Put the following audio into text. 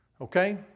okay